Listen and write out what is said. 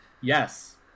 yes